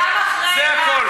גם אחרי החלת החוק הזה,